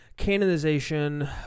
canonization